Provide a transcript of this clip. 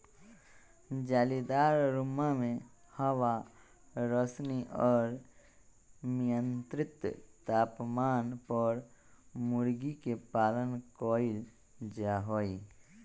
जालीदार रुम्मा में हवा, रौशनी और मियन्त्रित तापमान पर मूर्गी के पालन कइल जाहई